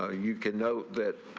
ah you can note that.